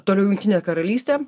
toliau jungtinė karalystė